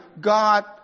God